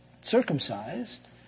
circumcised